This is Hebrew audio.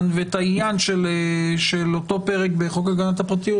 ועל העניין של אותו פרק בחוק הגנת הפרטיות,